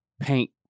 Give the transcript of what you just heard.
paint